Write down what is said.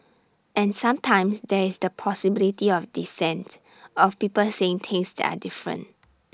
and sometimes there is the possibility of dissent of people saying things that are different